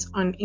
on